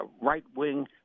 right-wing